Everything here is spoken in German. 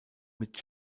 mit